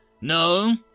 No